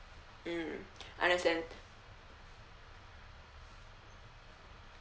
mm understand